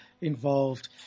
involved